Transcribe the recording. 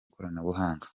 ikoranabuhanga